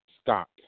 stock